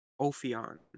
Ophion